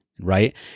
right